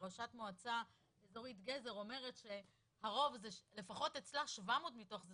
ראשת מועצה אזורית גזר אומרת שלפחות אצלה 700 מתוך זה,